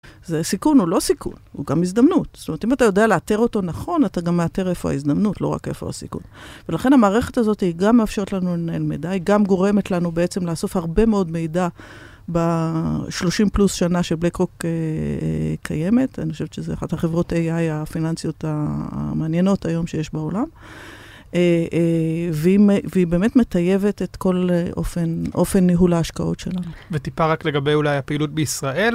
זה סיכון, או לא סיכון, הוא גם הזדמנות. זאת אומרת, אם אתה יודע לאתר אותו נכון, אתה גם מאתר איפה ההזדמנות, לא רק איפה הסיכון. ולכן המערכת הזאת היא גם מאפשרת לנו לנהל מידע, היא גם גורמת לנו בעצם לאסוף הרבה מאוד מידע בשלושים פלוס שנה שבלק-רוק קיימת. אני חושבת שזו אחת החברות AI הפיננסיות המעניינות היום שיש בעולם. והיא באמת מטייבת את כל אופן ניהול ההשקעות שלנו. וטיפה רק לגבי אולי הפעילות בישראל.